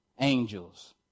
angels